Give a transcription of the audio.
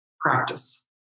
practice